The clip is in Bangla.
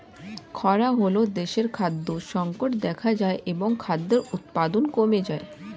খরা হলে দেশে খাদ্য সংকট দেখা যায় এবং খাদ্য উৎপাদন কমে যায়